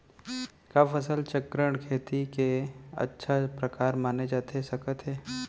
का फसल चक्रण, खेती के अच्छा प्रकार माने जाथे सकत हे?